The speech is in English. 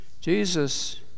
Jesus